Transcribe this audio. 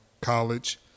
college –